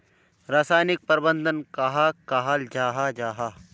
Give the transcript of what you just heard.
रासायनिक प्रबंधन कहाक कहाल जाहा जाहा?